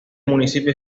municipio